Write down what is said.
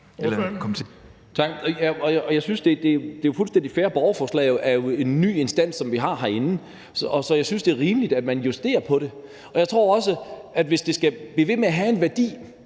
det er fuldstændig fair. Borgerforslag er jo en ny instans, som vi har herinde. Så jeg synes, det er rimeligt, at man justerer på det. Jeg tror også, at hvis det skal blive ved med at have en værdi,